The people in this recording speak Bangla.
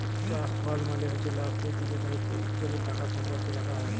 ট্রাস্ট ফাল্ড মালে হছে ল্যাস লিতি যেট হছে ইকজলের টাকা সম্পত্তি রাখা হ্যয়